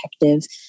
protective